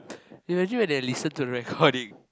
imagine when they listen to the recording